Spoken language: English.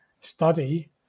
study